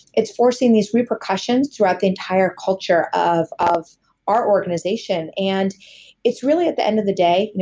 it's forcing these repercussions throughout the entire culture of of our organization and it's really, at the end of the day,